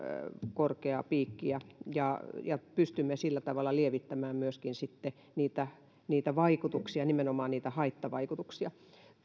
korkeaa piikkiä ja ja pystymme sillä tavalla lievittämään myöskin niitä niitä vaikutuksia nimenomaan niitä haittavaikutuksia